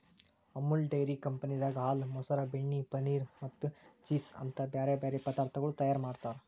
Amul dairy ಕಂಪನಿದಾಗ್ ಹಾಲ, ಮೊಸರ, ಬೆಣ್ಣೆ, ಪನೀರ್ ಮತ್ತ ಚೀಸ್ ಅಂತ್ ಬ್ಯಾರೆ ಬ್ಯಾರೆ ಪದಾರ್ಥಗೊಳ್ ತೈಯಾರ್ ಮಾಡ್ತಾರ್